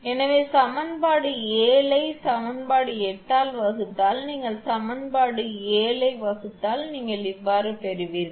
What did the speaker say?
எனவே சமன்பாடு 7 ஐ சமன்பாடு 8 ஆல் வகுத்தல் நீங்கள் சமன்பாடு 7 ஐ சமன்பாடு 8 ஆல் வகுத்தால் நீங்கள் பெறுவீர்கள்